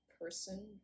person